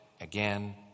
again